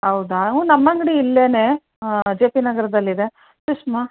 ಹೌದಾ ಹ್ಞೂ ನಮ್ಮ ಅಂಗ್ಡಿ ಇಲ್ಲೇ ಜೆ ಪಿ ನಗರದಲ್ಲಿದೆ ಸುಷ್ಮಾ